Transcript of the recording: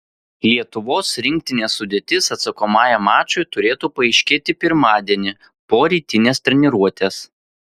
lietuvos rinktinės sudėtis atsakomajam mačui turėtų paaiškėti pirmadienį po rytinės treniruotės